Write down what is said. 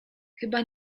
chyba